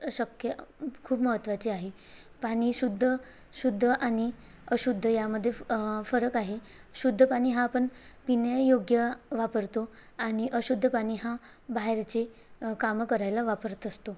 शक्य खूप महत्त्वाचे आहे पाणी शुद्ध शुद्ध आणि अशुद्ध यामध्ये फरक आहे शुद्ध पाणी हा आपण पिण्यायोग्य वापरतो आणि अशुद्ध पाणी हा बाहेरचे कामं करायला वापरत असतो